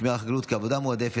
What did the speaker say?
שמירה חקלאית כעבודה מועדפת),